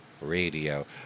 radio